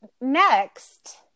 next